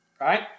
right